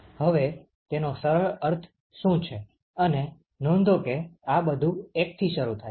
હવે તેનો સરળ અર્થ શું છે અને નોંધો કે આ બધું 1થી શરૂ થાય છે